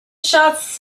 shots